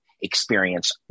experience